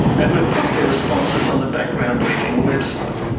and we've put their responses on the background briefing website.